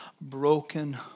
broken